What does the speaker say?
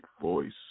voice